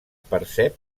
percep